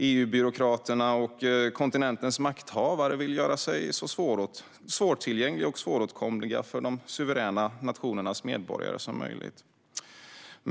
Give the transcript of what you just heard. EU-byråkraterna och kontinentens makthavare vill göra sig så svårtillgängliga och svåråtkomliga för de suveräna nationernas medborgare som möjligt.